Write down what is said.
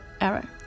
error